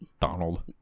Donald